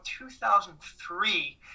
2003